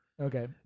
Okay